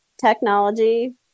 technology